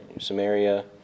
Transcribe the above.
Samaria